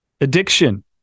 addiction